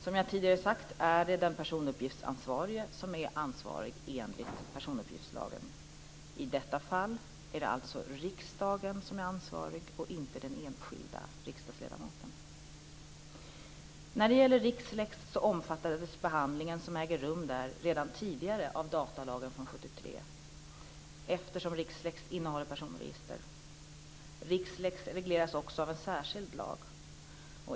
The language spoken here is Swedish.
Som jag tidigare sagt är det den personuppgiftsansvarige som är ansvarig enligt personuppgiftslagen. I detta fall är det alltså riksdagen som är ansvarig, inte den enskilde riksdagsledamoten. När det gäller Rixlex så omfattades behandlingen som äger rum där redan tidigare av datalagen från Rixlex regleras också av en särskild lag.